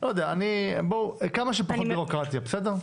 כמה שפחות בירוקרטיה, בסדר?